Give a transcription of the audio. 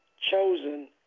chosen